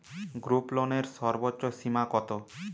গ্রুপলোনের সর্বোচ্চ সীমা কত?